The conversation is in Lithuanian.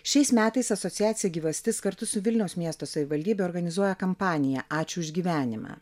šiais metais asociacija gyvastis kartu su vilniaus miesto savivaldybe organizuoja kampaniją ačiū už gyvenimą